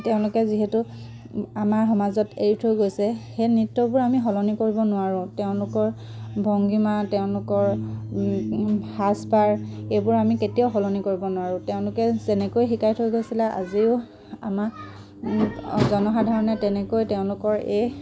তেওঁলোকে যিহেতু আমাৰ সমাজত এৰি থৈ গৈছে সেই নৃত্যবোৰ আমি সলনি কৰিব নোৱাৰোঁ তেওঁলোকৰ ভংগীমা তেওঁলোকৰ সাজ পাৰ এইবোৰ আমি কেতিয়াও সলনি কৰিব নোৱাৰোঁ তেওঁলোকে যেনেকৈ শিকাই থৈ গৈছিলে আজিও আমাৰ জনসাধাৰণে তেনেকৈ তেওঁলোকৰ এই